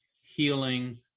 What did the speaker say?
healing